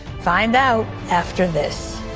find out after this.